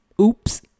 Oops